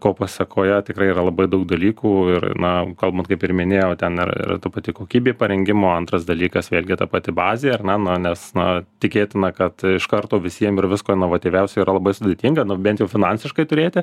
ko pasekoje tikrai yra labai daug dalykų ir na kalbant kaip ir minėjau ten ir ir ta pati kokybė parengimo antras dalykas vėlgi ta pati bazė ar ne na nes na tikėtina kad iš karto visiem ir visko inovatyviausio yra labai sudėtinga nu bent jau finansiškai turėti